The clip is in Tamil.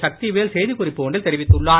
சக்தி வேல் செய்தி குறிப்பு ஒன்றில் தெரிவித்துள்ளார்